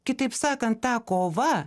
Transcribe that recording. kitaip sakant ta kova